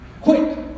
Quick